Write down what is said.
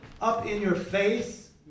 up-in-your-face